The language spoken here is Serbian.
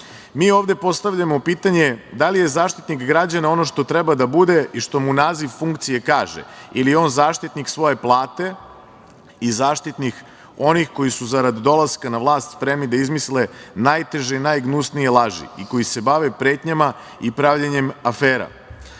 ovde postavljamo pitanje, da li je Zaštitnik građana ono što treba da bude i što mu naziv funkcije kaže, ili je on zaštitnik svoje plate, i zaštitnik onih koji su zarad dolaska na vlast spremni da izmisle najteže i najgnusnije laži, i koji se bave pretnjama i pravljenjem afera? Ako